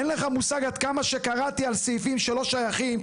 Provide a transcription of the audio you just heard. אין לך מושג עד כמה שקראתי על סעיפים שלא שייכים,